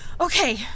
Okay